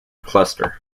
cluster